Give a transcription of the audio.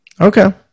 Okay